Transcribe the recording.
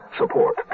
Support